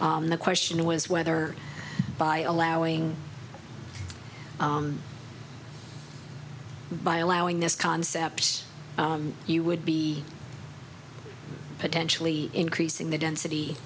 and the question was whether by allowing by allowing this concepts you would be potentially increasing the density